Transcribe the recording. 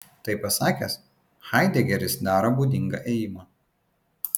tai pasakęs haidegeris daro būdingą ėjimą